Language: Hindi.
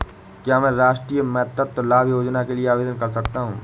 क्या मैं राष्ट्रीय मातृत्व लाभ योजना के लिए आवेदन कर सकता हूँ?